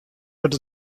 wurdt